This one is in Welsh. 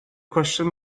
cwestiwn